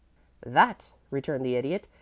that, returned the idiot,